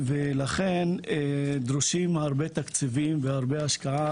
ולכן דרושים הרבה תקציבים והשקעה,